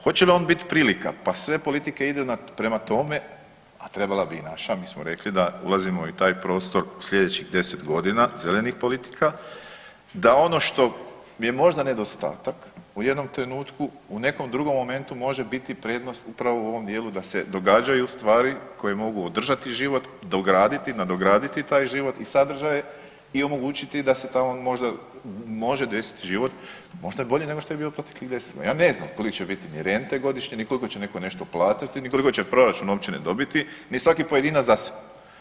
Hoće li on biti prilika pa sve politike idu, prema tome, a trebala bi i naša mi smo rekli da ulazimo u taj prostor u slijedećih 10 godina zelenih politika, da ono što je možda nedostatak u jednom trenutku u nekom drugom momentu može biti prednost upravo u ovom dijelu da se događaju stvari koje mogu održati život, dograditi, nadograditi taj život i sadržaj i omogućiti da se tamo može desiti život možda bolji nego je bio u proteklih …/nerazumljivo/… ja ne znam koje će biti ni rente godišnje, ni koliko će netko nešto platiti, ni koliko će proračun dobiti, ni svaki pojedinac za sebe.